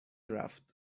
رفت